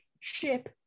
ship